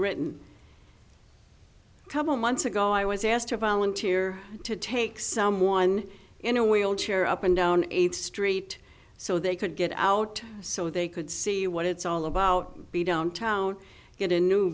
written a couple months ago i was asked to volunteer to take someone in a wheelchair up and down eighth street so they could get out so they could see what it's all about be downtown get a new